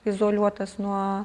izoliuotas nuo